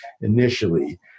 initially